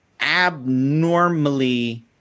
abnormally